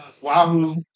Wahoo